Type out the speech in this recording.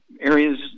areas